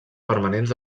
permanents